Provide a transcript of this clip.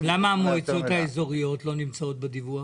--- למה המועצות האזוריות לא נמצאות בדיווח?